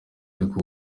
ariko